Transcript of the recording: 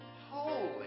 holy